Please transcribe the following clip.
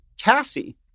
Cassie